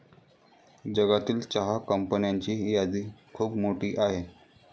जगातील चहा कंपन्यांची यादी खूप मोठी आहे